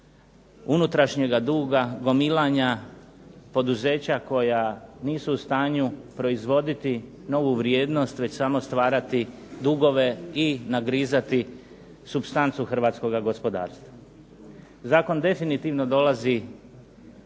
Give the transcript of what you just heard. unutrašnjega duga, gomilanja poduzeća koja nisu u stanju proizvoditi novu vrijednost već samo stvarati dugove i nagrizati supstancu hrvatskoga gospodarstva. Zakon definitivno dolazi sa